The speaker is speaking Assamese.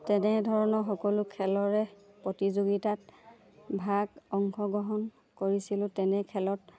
তেনেধৰণৰ সকলো খেলৰে প্ৰতিযোগিতাত ভাগ অংশগ্ৰহণ কৰিছিলোঁ তেনে খেলত